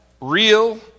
real